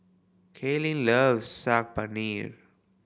Cailyn loves Saag Paneer